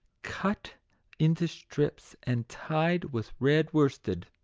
cut into slips, and tied with red worsted.